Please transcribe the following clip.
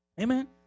Amen